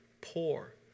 Poor